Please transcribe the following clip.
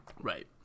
Right